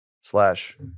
slash